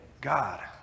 God